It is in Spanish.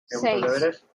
seis